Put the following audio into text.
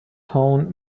tone